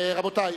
רבותי,